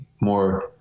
more